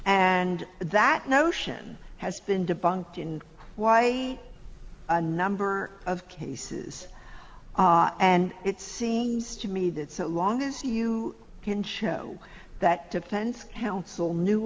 and that notion has been debunked and why a number of cases and it seems to me that so long as you can show that defense counsel knew